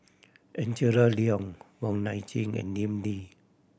Angela Liong Wong Nai Chin and Lim Lee